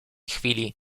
chwili